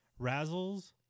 razzles